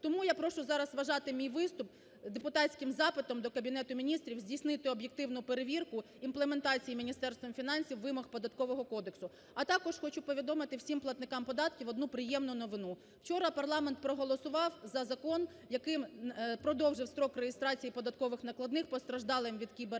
Тому я прошу зараз вважати мій виступ депутатським запитом до Кабінету Міністрів здійснити об'єктивну перевірку імплементації Міністерством фінансів вимог Податкового кодексу. А також хочу повідомити всім платникам податків одну приємну новину. Вчора парламент проголосував за закон, яким продовжив строк реєстрації податкових накладних постраждалим від кібератаки,